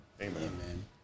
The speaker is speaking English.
Amen